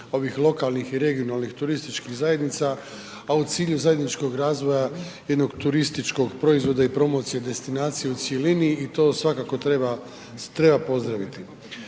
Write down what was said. lokalnih i regionalnih turističkih zajednica, a u cilju zajedničkog razvoja jednog turističkog proizvoda i promocije destinacije u cjelini i to svakako treba pozdraviti.